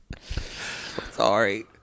Sorry